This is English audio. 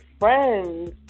friends